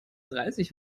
dreißig